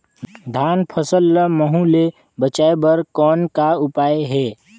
धान फसल ल महू ले बचाय बर कौन का उपाय हे?